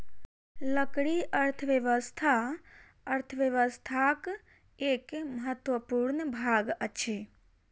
लकड़ी अर्थव्यवस्था अर्थव्यवस्थाक एक महत्वपूर्ण भाग अछि